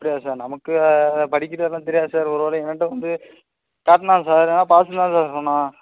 அப்படியா சார் நமக்கு படிக்கிறதுலாம் தெரியாது சார் ஒரு வேலை என்ட்ட வந்து காட்டினான் சார் ஆனால் பாஸ்ஸுன்னு தான் சார் சொன்னான்